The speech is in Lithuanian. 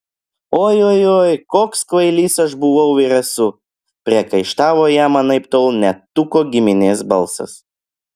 oi oi oi koks kvailys aš buvau ir esu priekaištavo jam anaiptol ne tuko giminės balsas